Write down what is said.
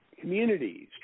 communities